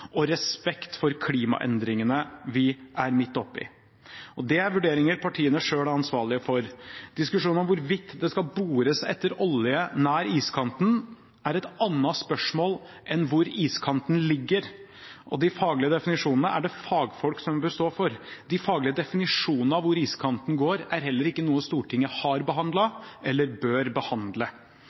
og respekt for klimaendringene vi er midt oppe i. Det er vurderinger som partiene selv er ansvarlige for. Diskusjonen om hvorvidt det skal bores etter olje nær iskanten, er et annet spørsmål enn hvor iskanten ligger, og de faglige definisjonene er det fagfolk som bør stå for. De faglige definisjonene av hvor iskanten går, er heller ikke noe Stortinget har behandlet eller bør behandle.